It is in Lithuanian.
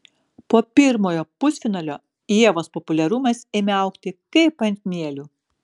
po pirmojo pusfinalio ievos populiarumas ėmė augti kaip ant mielių